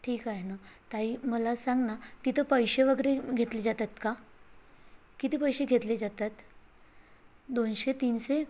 ठीक आहे ना ताई मला सांग ना तिथं पैसे वगैरे घेतले जातात का किती पैसे घेतले जातात दोनशे तीनशे